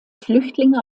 flüchtlinge